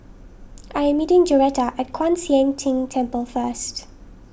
I am meeting Joretta at Kwan Siang Tng Temple first